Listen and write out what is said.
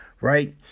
right